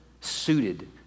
suited